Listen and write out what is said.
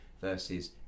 versus